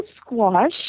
squash